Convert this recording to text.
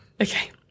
Okay